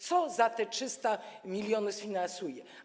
Co za te 300 mln sfinansuje?